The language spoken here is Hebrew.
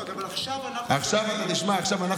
אבל עכשיו אנחנו זכאים?